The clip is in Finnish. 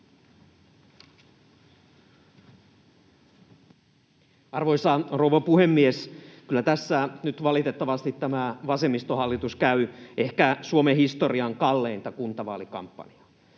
Arvoisa rouva puhemies! Kyllä tässä nyt valitettavasti tämä vasemmistohallitus käy ehkä Suomen historian kalleinta kuntavaalikampanjaa.